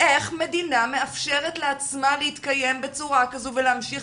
איך מדינה מאפשרת לעצמה להתקיים בצורה כזו ולהמשיך